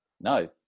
No